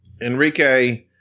Enrique